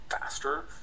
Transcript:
faster